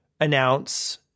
announce